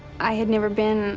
i had never been